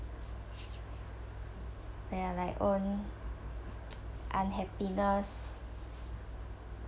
ya like own unhappiness